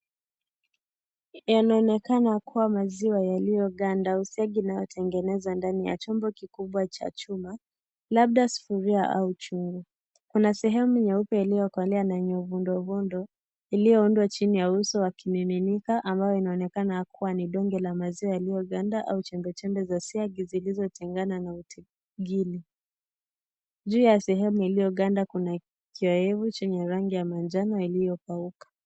Yanaonekana kuwa maziwa yaliyoganda usiagi na yanatengenezwa ndani ya chombo kikubwa cha chuma labda sufuria, kuna sehemu nyeupe iliyokolea na uvundovundo iloyoundwa chini ya sakafu yakimiminika kana kwamba ni madonge ya maganda au chembechembe cha siagi zilizotengana juu ya sehemu lilyo chenye rangi ya manjano iliyokauka.